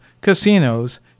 casinos